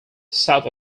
south